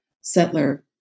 settler